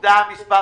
עמותה מס'